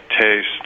taste